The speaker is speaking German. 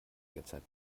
derzeit